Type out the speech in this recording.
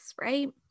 right